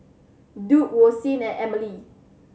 Duke Roseann and Emely